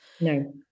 No